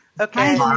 Okay